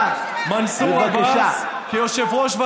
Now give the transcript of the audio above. עומדת כאן חברת כנסת,